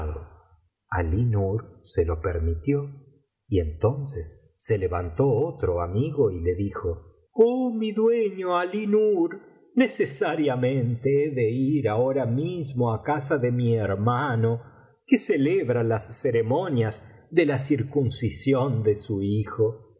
alínur se lo permitió y entonces se levantó otro amigo y le dijo oh mi dueño alí nur necesariamente he de ir ahora mismo á casa de mi hermano que celebra las ceremonias de la circuncisión de su hijo